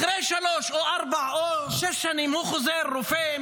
אחרי שלוש או ארבע או שש שנים הוא חוזר רופא,